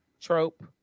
trope